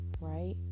right